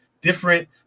different